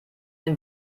den